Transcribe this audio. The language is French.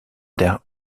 der